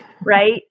right